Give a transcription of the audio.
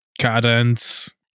Cadence